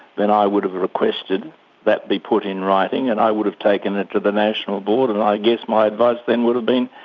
then i would have requested that be put in writing, and i would have taken it to the national board and i guess my advice then would have been,